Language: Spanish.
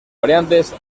variantes